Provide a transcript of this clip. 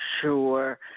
Sure